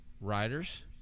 riders